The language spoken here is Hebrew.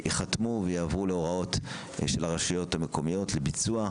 ייחתמו ויועברו להוראות של הרשויות המקומיות לביצוע.